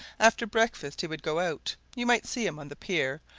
after breakfast he would go out you might see him on the pier,